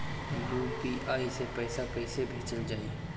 UPI से पैसा कइसे भेजल जाई?